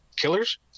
killers